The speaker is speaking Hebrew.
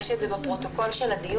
יש את זה בפרוטוקול של הדיון,